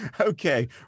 Okay